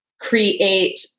create